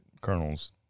Colonels